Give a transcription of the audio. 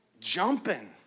jumping